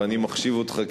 ואני מחשיב אותך כבכיר,